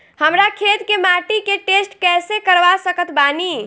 हमरा खेत के माटी के टेस्ट कैसे करवा सकत बानी?